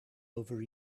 over